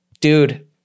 dude